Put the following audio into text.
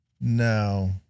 No